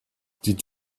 did